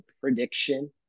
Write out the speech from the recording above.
prediction